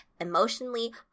emotionally